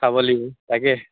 খাব লাগিব তাকে